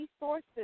resources